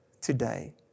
today